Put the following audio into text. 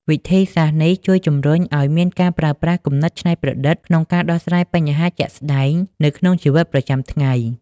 វិធីសាស្ត្រនេះជួយជំរុញឲ្យមានការប្រើប្រាស់គំនិតច្នៃប្រឌិតក្នុងការដោះស្រាយបញ្ហាជាក់ស្តែងនៅក្នុងជីវិតប្រចាំថ្ងៃ។